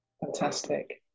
fantastic